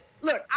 look